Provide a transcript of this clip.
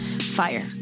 Fire